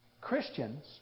Christians